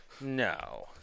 No